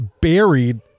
Buried